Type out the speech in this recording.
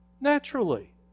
naturally